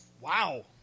Wow